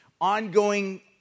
ongoing